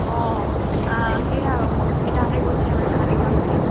অঁ সেয়া আৰু মধুস্মিতাহঁতে কৈছিলে মানে সিহঁতিয়ো যাম বুলি